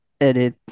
edit